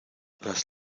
las